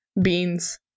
Beans